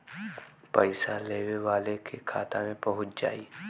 पइसा लेवे वाले के खाता मे पहुँच जाई